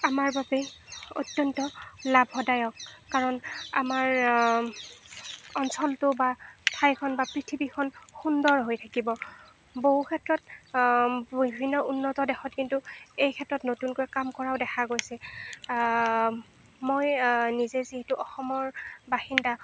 আমাৰ বাবে অত্যন্ত লাভদায়ক কাৰণ আমাৰ অঞ্চলটো বা ঠাইখন বা পৃথিৱীখন সুন্দৰ হৈ থাকিব বহুক্ষেত্ৰত বিভিন্ন উন্নত দেশত কিন্তু এইক্ষেত্ৰত নতুনকৈ কাম কৰাও দেখা গৈছে মই নিজে যিহেতু অসমৰ বাসিন্দা